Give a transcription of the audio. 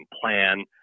plan